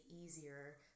easier